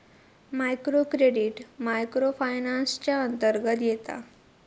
micro credit micro finance च्या अंतर्गत येता